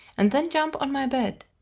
and then jump on my bed,